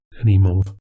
anymore